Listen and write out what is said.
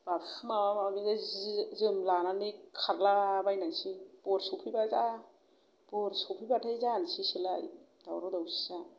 बागसु माबा माबिनो जि जोम लानानै खारला बायनांसै भट सौफैब्ला भट जानोसैसोलाय दावराव दावसिया